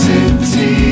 City